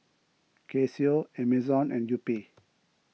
Casio Amazon and Yupi